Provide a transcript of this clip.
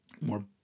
more